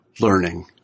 learning